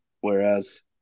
whereas